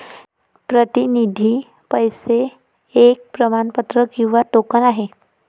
प्रतिनिधी पैसे एक प्रमाणपत्र किंवा टोकन आहे